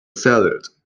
salad